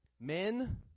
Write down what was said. Men